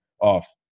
off